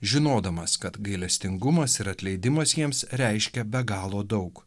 žinodamas kad gailestingumas ir atleidimas jiems reiškia be galo daug